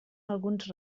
alguns